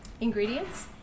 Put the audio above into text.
Ingredients